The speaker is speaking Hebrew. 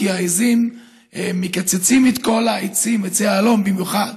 כי העיזים מקצצות את כל העצים, עצי האלון במיוחד.